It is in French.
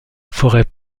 forêt